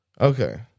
Okay